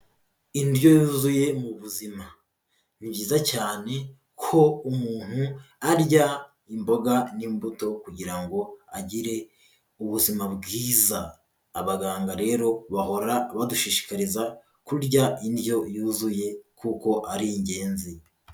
Indyo yuzuye mu buzima, ni byiza cyane ko umuntu arya imboga n'imbuto kugira ngo agire ubuzima bwiza, abaganga rero bahora badushishikariza kurya indyo yuzuye kuko ari ingenzi.